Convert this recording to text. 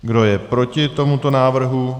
Kdo je proti tomuto návrhu?